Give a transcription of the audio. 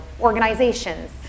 organizations